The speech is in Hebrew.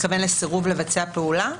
אתה מתכוון לסירוב לבצע פעולה?